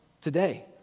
today